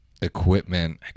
equipment